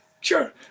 Sure